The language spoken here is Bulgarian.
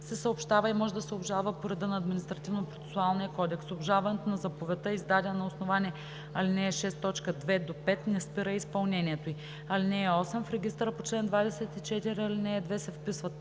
се съобщава и може да се обжалва по реда на Административнопроцесуалния кодекс. Обжалването на заповедта, издадена на основание ал. 6, т. 2 – 5, не спира изпълнението й. (8) В регистъра по чл. 24, ал. 2 се вписват: